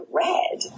red